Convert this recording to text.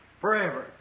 forever